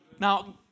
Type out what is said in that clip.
Now